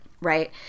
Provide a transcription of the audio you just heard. Right